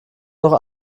noch